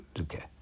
okay